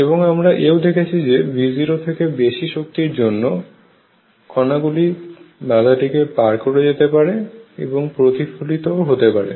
এবং আমরা এও দেখিয়েছি যে V0 থেকে বেশি শক্তির জন্য কণাগুলি বাধাটিকে পার করে যেতে পারে এবং প্রতিফলিতও হতে পারে